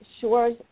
Shores